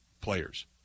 players